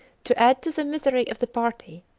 to add to the misery of the party,